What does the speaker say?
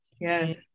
Yes